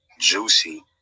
Juicy